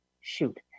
Shoot